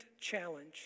challenge